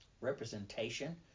Representation